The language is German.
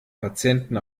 patienten